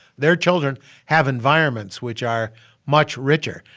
their children have environments which are much richer.